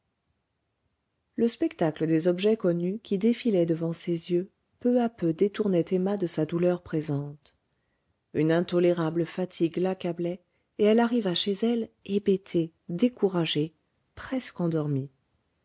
le spectacle des objets connus qui défilaient devant ses yeux peu à peu détournait emma de sa douleur présente une intolérable fatigue l'accablait et elle arriva chez elle hébétée découragée presque endormie